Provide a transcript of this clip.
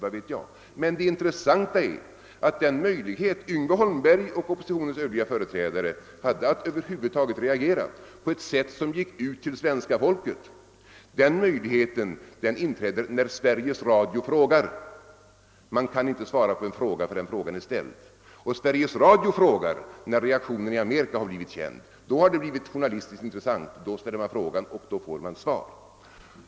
Det intressanta är emellertid att den möjlighet Yngve Holmberg och oppositionens övriga företrädare hade att över huvud taget reagera på ett sätt som gick ut till svenska folket inträder när Sveriges Radio frågar — man kan inte få svar på en fråga förrän frågan är ställd — när reaktionen i Amerika blivit känd. Då har saken fått journalistiskt intresse, då ställer man frågan och då får man svar.